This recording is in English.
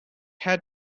had